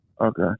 Okay